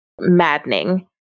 maddening